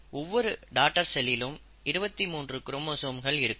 ஒவ்வொரு டாடர் செல்லிலும் 23 குரோமோசோம்கள் இருக்கும்